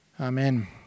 Amen